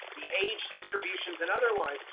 the age distributions and otherwise,